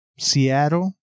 Seattle